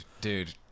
dude